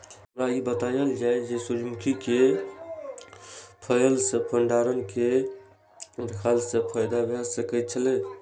हमरा ई बतायल जाए जे सूर्य मुखी केय फसल केय भंडारण केय के रखला सं फायदा भ सकेय छल?